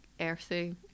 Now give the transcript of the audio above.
earthy